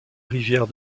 rivière